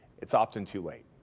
it's often too late.